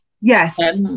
Yes